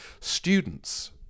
students